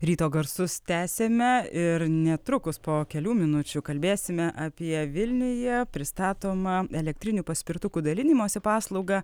ryto garsus tęsiame ir netrukus po kelių minučių kalbėsime apie vilniuje pristatomą elektrinių paspirtukų dalinimosi paslaugą